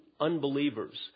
unbelievers